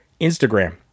Instagram